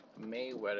Mayweather